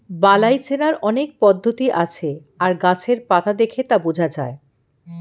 বালাই চেনার অনেক পদ্ধতি আছে আর গাছের পাতা দেখে তা বোঝা যায়